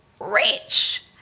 rich